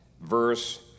verse